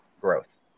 growth